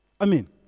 Amen